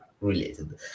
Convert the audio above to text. related